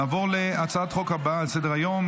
נעבור להצעת החוק הבאה על סדר-היום,